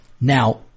Now